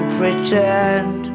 pretend